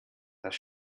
das